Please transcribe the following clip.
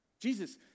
Jesus